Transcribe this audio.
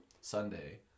Sunday